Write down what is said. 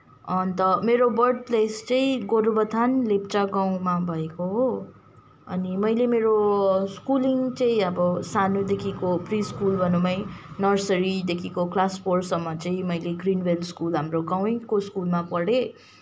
अन्त मेरो birth place चाहिँ गोरुबथान लेप्चा गाउँमा भएको हो अनि मैले मेरो स्कुलिङ चाहिँ अब सानोदेखिको प्रि स्कुल भनौँ है नर्सरीदेखिको क्लास फोरसम्म चाहिँ मैले ग्रिन भेल स्कुल हाम्रो गाउँकै स्कुलमा पढेँ